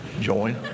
join